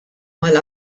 mal